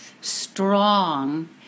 strong